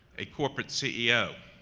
a corporate ceo